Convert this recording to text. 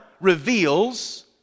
reveals